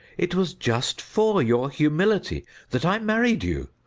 it was just for your humility that i married you.